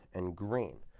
and green.